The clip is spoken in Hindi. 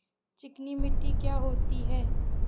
चिकनी मिट्टी क्या होती है?